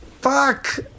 fuck